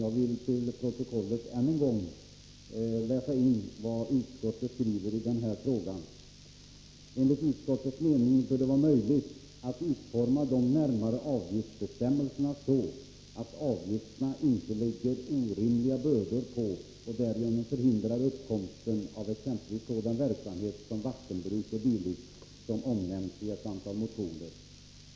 Jag vill till protokollet än en gång läsa in vad utskottet skriver i den här frågan: ”Enligt utskottets mening bör det vara möjligt att utforma de närmare avgiftsbestämmelserna så att avgifterna inte lägger orimliga bördor på och därigenom förhindrar uppkomsten av exempelvis sådan verksamhet som vattenbruk o. d., som omnämns i ett antal motioner.